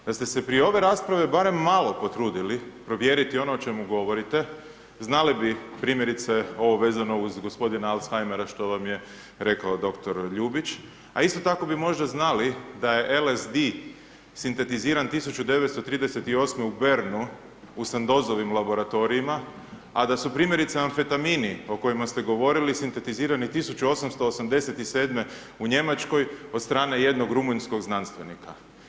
Da ste se prije ove rasprave barem malo potrudili provjeriti ono o čemu govorite, znali bi, primjerice ovo vezano uz gospodina Alzheimera što vam je rekao doktor Ljubić, a isto tako bi možda znali da je LSD sintetiziran 1938. u Bernu u Sandozovim laboratorijima, a da su primjerice anfentamini, o kojima ste govorili sintetizirani 1887. u Njemačkoj od strane jednog rumunjskog znanstvenika.